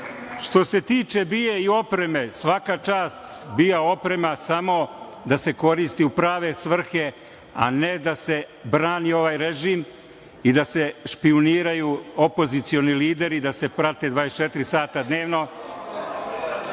što se tiče BIA i opreme, svaka čast, ali samo da se koristi u prave svrhe, a ne da se brani ovaj režim i da se špijuniraju opozicioni lideri i da se prate 24 sata dnevno.